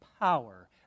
power